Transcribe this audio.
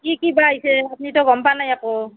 কি কি বা আহিছে আপুনিতো গম পোৱা নাই একো